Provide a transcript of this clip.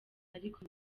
ariko